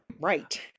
right